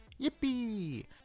Yippee